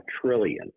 trillion